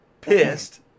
pissed